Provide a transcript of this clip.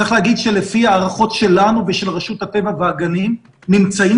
לפי הערכות שלנו ושל רשות הטבע והגנים נמצאים